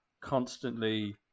constantly